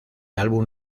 álbum